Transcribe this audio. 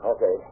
Okay